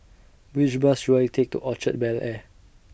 Which Bus should I Take to Orchard Bel Air